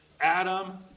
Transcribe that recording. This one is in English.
Adam